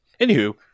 Anywho